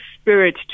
spirit